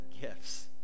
gifts